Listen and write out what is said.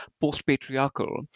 post-patriarchal